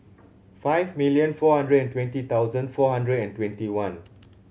five million four hundred and twenty thousand four hundred and twenty one